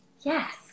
Yes